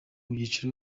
byiciro